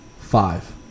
five